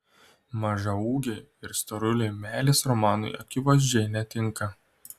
mažaūgiai ir storuliai meilės romanui akivaizdžiai netinka